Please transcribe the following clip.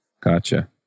Gotcha